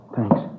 Thanks